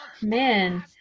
man